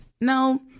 no